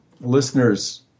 listeners